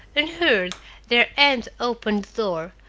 and heard their aunt open the door,